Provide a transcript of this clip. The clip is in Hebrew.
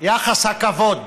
יחס הכבוד